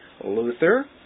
Luther